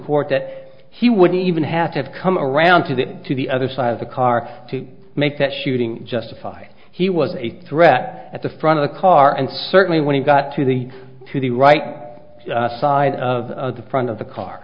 court that he would even have to have come around to the to the other side of the car to make that shooting justified he was a threat at the front of the car and certainly when he got to the to the right side of the front of the car